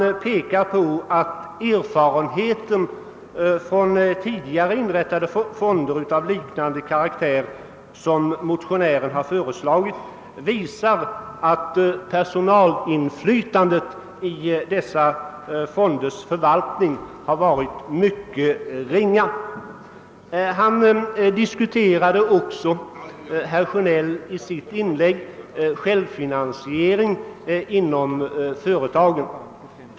I detta pekas på att erfarenheten från tidigare inrättade fonder av liknande karaktär som den motionären har föreslagit visar att personalinflytandet i dessa fonders förvaltning varit mycket ringa. Herr Sjönell tog i sitt inlägg också upp självfinansieringen inom företagen.